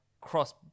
cross